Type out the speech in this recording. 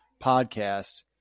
podcast